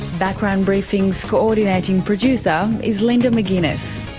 background briefing's coordinating producer is linda mcginness,